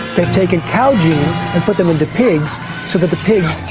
they've taken cow genes and put them into pigs so that the pigs